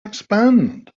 expand